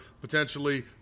Potentially